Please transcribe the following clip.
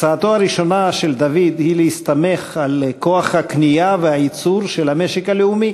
הצעתו הראשונה של דוד היא להסתמך על כוח הקנייה והייצור של המשק הלאומי.